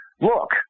look